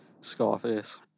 Scarface